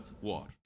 war